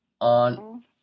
on